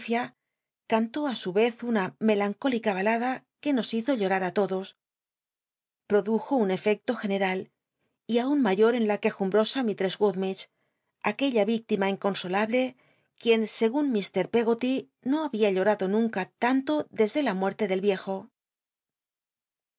cantó á su yez una melancólica balada que nos hizo llorar í todos podnjo un efecto general y aun mayo en la quejumbrosa mistcss gummidge aquella yictima inconsolable cruien segun h lleggoly no habia llorado nunca tanto desde la muerte del vitjo